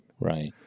Right